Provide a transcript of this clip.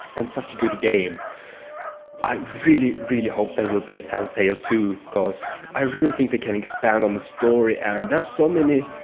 and such a good game i really, really hope there will be a tattletail two cause i really think they can expand on the story, and there's so many